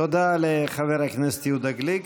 תודה לחבר הכנסת יהודה גליק.